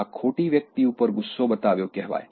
આ ખોટી વ્યક્તિ ઉપર ગુસ્સો બતાવ્યો કહેવાય